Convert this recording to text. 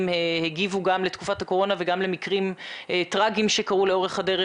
הגיבו גם לתקופת הקורונה וגם למקרים טרגיים שקרו לאורך הדרך.